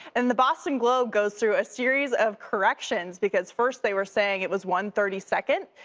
and the boston globe goes through a series of corrections because first they were saying it was one thirty second.